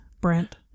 Brent